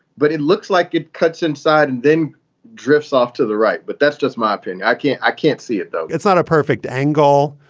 but it looks like it cuts inside and then drifts off to the right. but that's just my opinion. i can't i can't see it, though it's not a perfect angle.